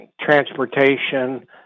transportation